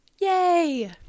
Yay